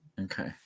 Okay